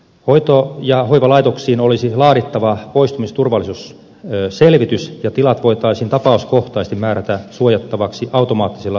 hoito ja hoivalaitoksiin olisi laadittava poistumisturvallisuusselvitys ja tilat voitaisiin tapauskohtaisesti määrätä suojattaviksi automaattisella sammutuslaitteistolla